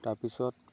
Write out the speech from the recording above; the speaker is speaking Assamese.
তাৰপিছত